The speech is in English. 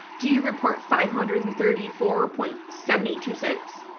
do you report five hundred and thirty four point seven eight two six?